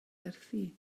werthu